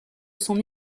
son